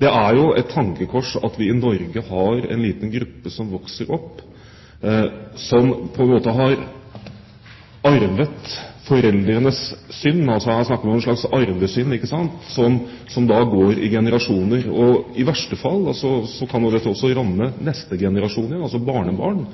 Det er jo et tankekors at vi i Norge har en liten gruppe som vokser opp, som på en måte har arvet foreldrenes synd. Her snakker vi altså om en slags arvesynd, ikke sant, som går i generasjoner. I verste fall kan dette også ramme neste generasjon, altså barnebarn.